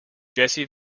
jesse